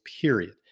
period